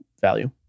value